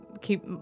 keep